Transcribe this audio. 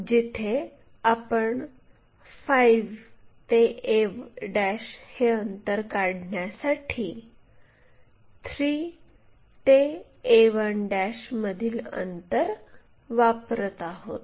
जिथे आपण 5 ते a हे अंतर काढण्यासाठी 3 ते a1 मधील अंतर वापरत आहोत